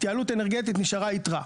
ההתייעלות האנרגטית נשארה יתרה.